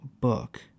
book